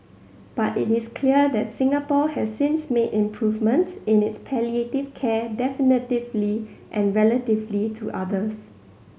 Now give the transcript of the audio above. but it is clear that Singapore has since made improvements in its palliative care definitively and relatively to others